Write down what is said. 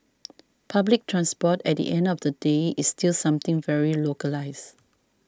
public transport at the end of the day is still something very localised